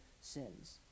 sins